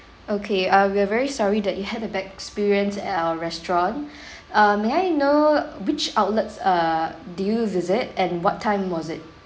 okay uh we are very sorry that you had a bad experience at our restaurant uh may I know which outlets err did you visit and what time was it